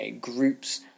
groups